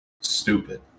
stupid